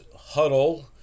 huddle